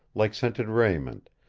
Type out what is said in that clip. like scented raiment,